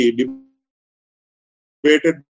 debated